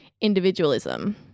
individualism